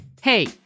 Hey